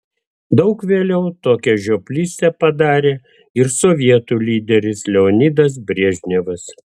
daug vėliau tokią žioplystę padarė ir sovietų lyderis leonidas brežnevas